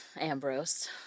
Ambrose